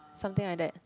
something like that